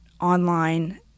online